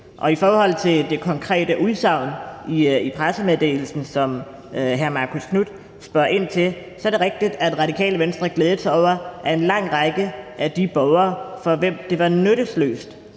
Og i forhold til det konkrete udsagn i pressemeddelelsen, som hr. Marcus Knuth spørger ind til, er det rigtigt, at Radikale Venstre glædede sig over, at man tog det ud, der handlede om, at en lang række borgere, for hvem det var nyttesløst